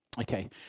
Okay